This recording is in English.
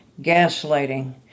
gaslighting